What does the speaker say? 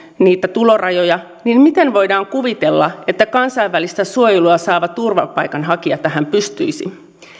niitä tulorajoja niin miten voidaan kuvitella että kansainvälistä suojelua saava turvapaikanhakija tähän pystyisi